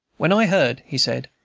when i heard, he said,